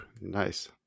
Nice